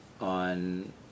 on